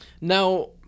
Now